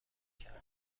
کردم